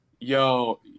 yo